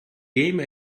game